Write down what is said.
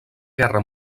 guerra